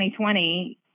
2020